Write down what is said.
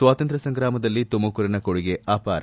ಸ್ವಾತಂತ್ರ್ಯ ಸಂಗ್ರಾಮದಲ್ಲಿ ತುಮಕೂರಿನ ಕೊಡುಗೆ ಅಪಾರ